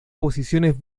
posiciones